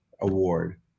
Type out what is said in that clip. award